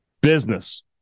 business